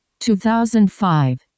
2005